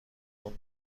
اون